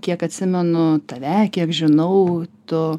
kiek atsimenu tave kiek žinau tu